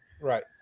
right